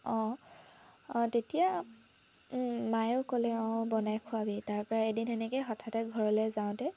অঁ তেতিয়া মাইয়ো ক'লে অঁ বনাই খোৱাবি তাৰপৰাই এদিন এনেকৈ হঠাতে ঘৰলৈ যাওঁতে